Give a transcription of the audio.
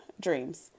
dreams